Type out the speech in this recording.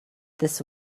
this